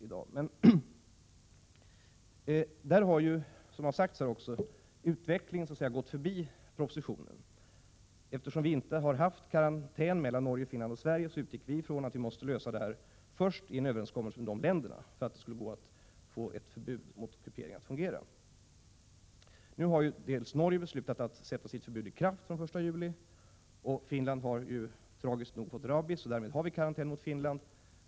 Som redan har sagts här har utvecklingen gått förbi propositionen. Eftersom det inte har funnits karantänskrav mellan Norge, Finland och Sverige utgick vi ifrån att vi först måste lösa den här frågan i en överenskommelse med dessa länder för att ett förbud mot svanskupering skulle kunna fungera. Nu har Norge beslutat att sätta sitt förbud i kraft den 1 juli i år. I Finland har ju tragiskt nog rabies uppträtt, och därför har vi krav på karantän gentemot Finland.